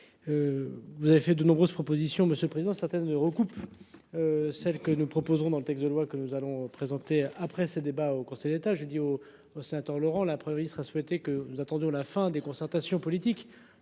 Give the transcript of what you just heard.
Vous avez fait de nombreuses propositions Monsieur le Président. Certaines ne recoupe. Celle que nous proposerons dans le texte de loi que nous allons présenter après ces débats au conseiller. Ça j'ai dit oh oh c'est temps Laurent là a priori sera souhaité que nous attendons la fin des concertations politiques,